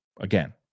again